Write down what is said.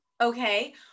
Okay